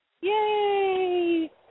Yay